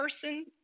person